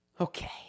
Okay